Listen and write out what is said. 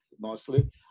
mostly